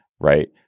right